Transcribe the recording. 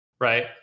right